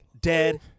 Dead